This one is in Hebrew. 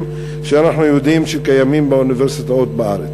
שאנחנו יודעים שקיימים באוניברסיטאות בארץ.